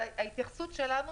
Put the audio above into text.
אבל ההתייחסות שלנו